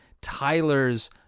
tyler's